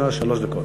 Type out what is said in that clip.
לרשותך שלוש דקות.